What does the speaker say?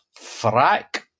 frack